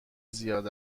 زیاد